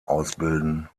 ausbilden